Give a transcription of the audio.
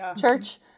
church